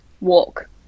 walk